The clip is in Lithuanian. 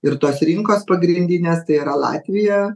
ir tos rinkos pagrindinės tai yra latvija